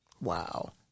Wow